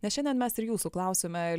nes šiandien mes ir jūsų klausime